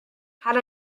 had